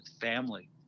family